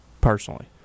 personally